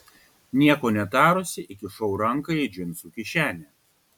nieko netarusi įkišau ranką į džinsų kišenę